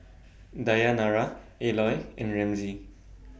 Dayanara Eloy and Ramsey